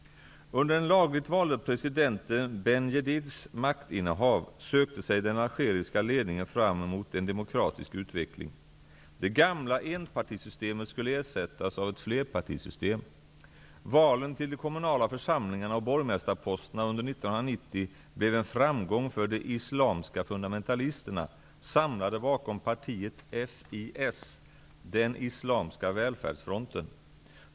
Under den lagligt valde presidenten Benjedids maktinnehav sökte sig den algeriska ledningen fram emot en demokratisk utveckling. Det gamla enpartisystemet skulle ersättas av ett flerpartisystem. Valen till de kommunala församlingarna och borgmästarposterna under 1990 blev en framgång för de islamiska fundamentalisterna, samlade bakom partiet FIS, den islamiska välfärdsfronten.